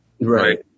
Right